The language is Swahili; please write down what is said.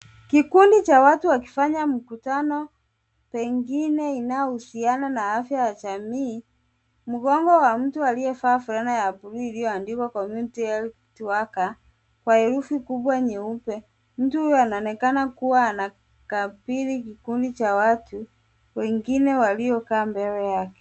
Kikundi cha watu wakifanya mkutano, pengine inayohusiana na afya ya jamii. Mgongo wa mtu aliyevalia fulana ya buluu iliyoandikwa community health worker kwa herufi kubwa nyeupe. Mtu huyu anaonekana kuwa anakabidhi kikundi cha watu, wengine waliokaa mbele yake.